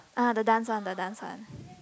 ah the dance one the dance one